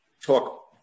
talk